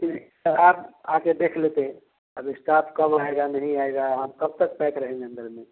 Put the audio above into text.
जी sir आप आकर देख लेते अब इस्टाफ कब आएगा नहीं आएगा हम कब तक पैक रहेंगे अंदर में